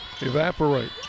evaporate